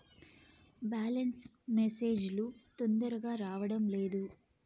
Balance message లు తొందరగా రావడం లేదు?